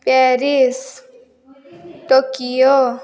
Paris Tokyo